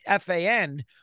FAN